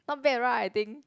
not bad right I think